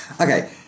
Okay